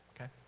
Okay